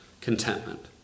contentment